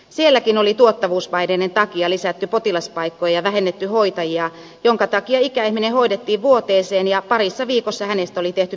sielläkin oli tuottavuuspaineiden takia lisätty potilaspaikkoja ja vähennetty hoitajia minkä takia ikäihminen hoidettiin vuoteeseen ja parissa viikossa hänestä oli tehty pitkäaikaispotilas